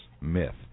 Myth